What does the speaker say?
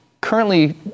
currently